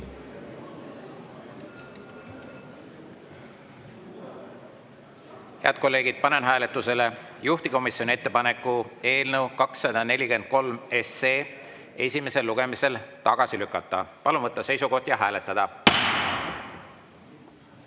kolleegid, panen hääletusele juhtivkomisjoni ettepaneku eelnõu 243 esimesel lugemisel tagasi lükata. Palun võtta seisukoht ja hääletada!